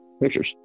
pictures